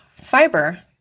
Fiber